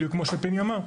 בדיוק כמו שפיני אמר.